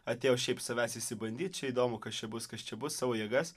atėjo šiaip savęs išsibandyt čia įdomu kas čia bus kas čia bus savo jėgas